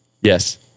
Yes